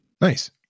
nice